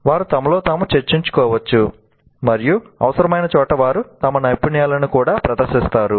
వారు తమలో తాము చర్చించుకోవచ్చు మరియు అవసరమైన చోట వారు తమ నైపుణ్యాలను కూడా ప్రదర్శిస్తారు